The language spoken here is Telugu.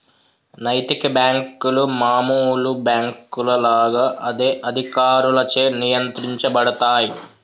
నైతిక బ్యేంకులు మామూలు బ్యేంకుల లాగా అదే అధికారులచే నియంత్రించబడతయ్